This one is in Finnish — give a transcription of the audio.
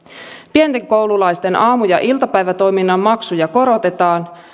pienten koululaisten aamu ja iltapäivätoiminnan maksuja korotetaan